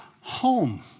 home